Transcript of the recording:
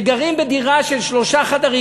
שגרים בדירה של שלושה חדרים,